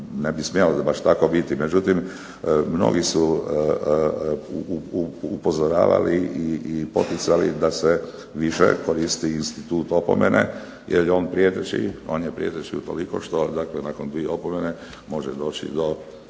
ne bi smjelo baš tako biti. Međutim, mnogi su upozoravali i poticali da se više koristi institut opomene, jer on je prijeteći utoliko što nakon dvije opomene može doći do